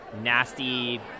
nasty